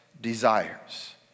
desires